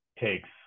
takes